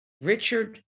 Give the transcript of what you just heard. Richard